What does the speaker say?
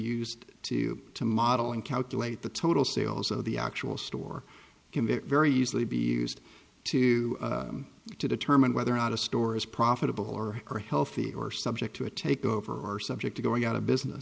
used to to model and calculate the total sales so the actual store can very easily be used to determine whether or not a store is profitable or are healthy or subject to a takeover or subject to going out of business